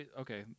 okay